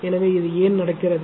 எனவே இது ஏன் நடக்கிறது